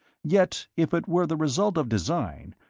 yet, if it were the result of design,